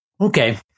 Okay